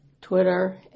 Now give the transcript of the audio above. Twitter